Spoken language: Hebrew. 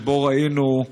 שבו ראינו,